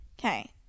Okay